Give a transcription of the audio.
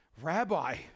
Rabbi